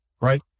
Right